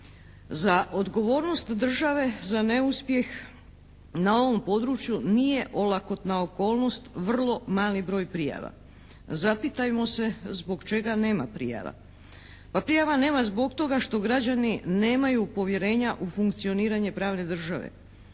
Za odgovornost države za neuspjeh na ovom području nije olakotna okolnost vrlo mali broj prijava. Zapitajmo se zbog čega nema prijava? Pa prijava nema zbog toga što građani nemaju povjerenja u funkcioniranje pravne države.